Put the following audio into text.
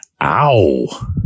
ow